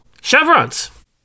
chevrons